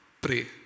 Pray